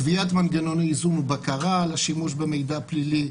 קביעת מנגנון איזון ובקרה לשימוש במידע פלילי,